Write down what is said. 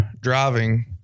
driving